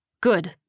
Good